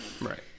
right